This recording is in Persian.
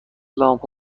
لامپ